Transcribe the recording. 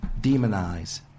demonize